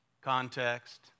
context